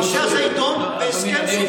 נמצא במצע, והנושא הזה יידון בהסכם סופי.